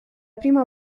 prima